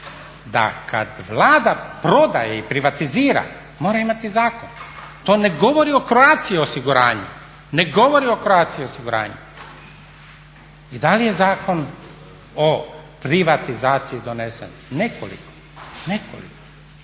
da kad Vlada prodaje i privatizira mora imati zakon. To ne govori o Croatia osiguranju. I da li je Zakon o privatizaciji donesen? Nekoliko, nekoliko.